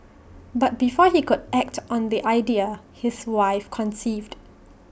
but before he could act on the idea his wife conceived